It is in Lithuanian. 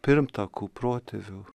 pirmtakų protėvių